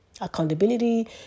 accountability